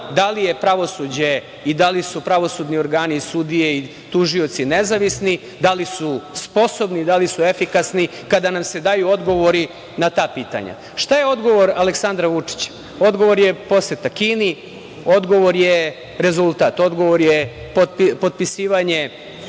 da li je pravosuđe i da li su pravosudni organi, sudije i tužioci nezavisni, da li su sposobni, da li su efikasni kada nam se daju odgovori na ta pitanja. Šta je odgovor Aleksandra Vučića? Odgovor je poseta Kini, odgovor je rezultat. Odgovor je potpisivanje